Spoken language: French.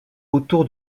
autour